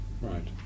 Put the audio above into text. Right